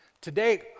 today